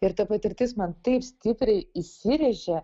ir ta patirtis man taip stipriai įsirėžė